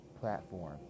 platform